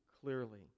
clearly